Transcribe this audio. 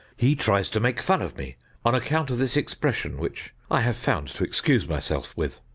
he tries to make fun of me on account of this expression which i have found to excuse myself with.